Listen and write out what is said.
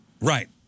Right